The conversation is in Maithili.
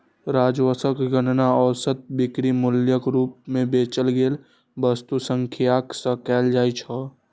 राजस्वक गणना औसत बिक्री मूल्यक रूप मे बेचल गेल वस्तुक संख्याक सं कैल जाइ छै